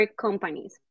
companies